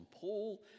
Paul